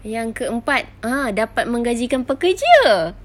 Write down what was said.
yang keempat ah dapat menggajikan pekerja